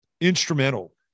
instrumental